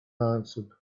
answered